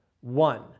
One